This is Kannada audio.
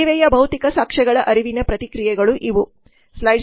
ಸೇವೆಯ ಭೌತಿಕ ಸಾಕ್ಷ್ಯಗಳ ಅರಿವಿನ ಪ್ರತಿಕ್ರಿಯೆಗಳು ಇವು